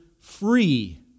free